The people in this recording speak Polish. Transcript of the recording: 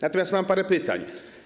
Natomiast mam parę pytań.